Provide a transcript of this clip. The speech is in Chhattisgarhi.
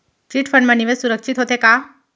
चिट फंड मा निवेश सुरक्षित होथे का?